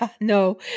no